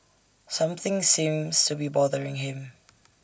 something seems to be bothering him